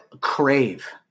crave